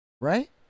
Right